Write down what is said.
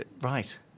Right